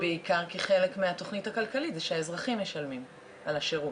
זה בעיקר כי חלק מהתוכנית הכלכלית זה שהאזרחים משלמים על השירות.